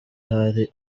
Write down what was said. ahari